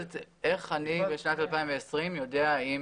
איך אני בשנת 2020 יודע.